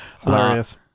Hilarious